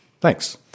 Thanks